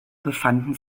befanden